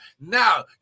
Now